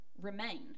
remained